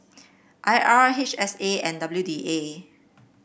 I R H S A and W D A